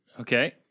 Okay